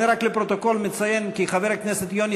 אני רק לפרוטוקול מציין כי חבר הכנסת יוני